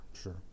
Sure